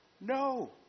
No